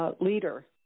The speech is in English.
leader